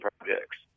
projects